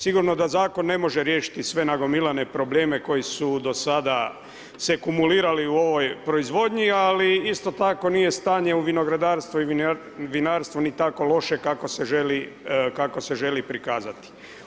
Sigurno da zakon ne može riješiti sve nagomilane probleme koji su do sada se kumulirali u ovoj proizvodnji ali isto tako nije stanje u vinogradarstvu i vinarstvu ni tako loše kako se želi prikazati.